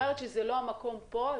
שירלי, את אומרת שלא זה המקום לתקן את זה.